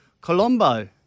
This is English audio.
Colombo